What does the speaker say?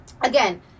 again